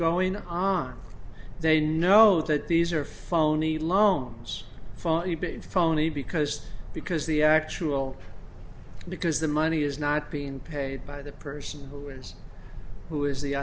going on they know that these are phone need loans for phony because because the actual because the money is not being paid by the person who is who is the